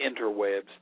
interwebs